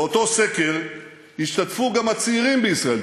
באותו סקר השתתפו גם הצעירים בישראל.